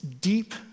deep